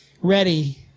ready